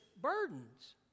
burdens